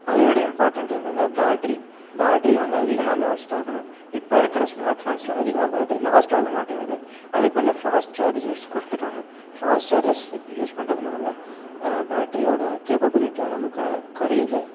அதை விட இம்பார்ட்டெண்ட் என்னென்னால் பேட்ரி பேட்ரி வந்து அதிகமாக லாஸ்ட் ஆகணும் இப்போ இருக்கிற ஸ்மார்ட் ஃபோன்ஸில் அதிகமாக பேட்ரி லாஸ்ட் ஆகமாட்டேங்கிது அதுக்கு பதிலாக ஃபாஸ்ட் சார்ஜர்ஸ் கொடுத்துட்டாங்க ஃபாஸ்ட் சார்ஜர்ஸ் யூஸ் பண்றதுனால பேட்ரியோட கேப்பபிலிட்டியும் நமக்கு குறையுது